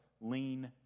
lean